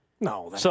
No